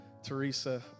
Teresa